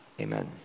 amen